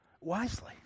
wisely